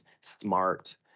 smart